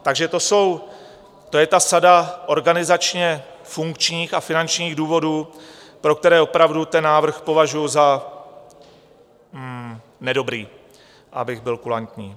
Takže to jsou, to je ta sada organizačně funkčních a finančních důvodů, pro které opravdu ten návrh považuji za nedobrý, abych byl kulantní.